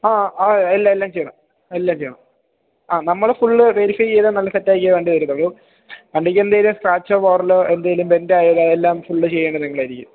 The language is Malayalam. ആ ആ എല്ലാ എല്ലാം ചെയ്യണം എല്ലാം ചെയ്യണം ആ നമ്മൾ ഫുൾ വെരിഫൈ ചെയ്ത് നല്ല സെറ്റാക്കിയേ വണ്ടി തരത്തുള്ളു വണ്ടിക്ക് എന്തേലും സ്ക്രാച്ചോ പോറലോ എന്തേലും ബെൻഡായാലോ അതെല്ലാം ഫുള്ള് ചെയ്യേണ്ടത് നിങ്ങളായിരിക്കും